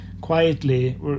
quietly